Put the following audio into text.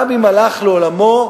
גם אם הלך לעולמו,